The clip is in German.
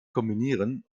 kombinieren